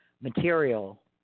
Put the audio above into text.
material